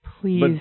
Please